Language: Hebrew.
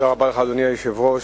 אדוני היושב-ראש,